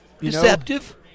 Deceptive